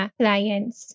clients